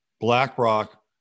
BlackRock